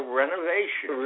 renovation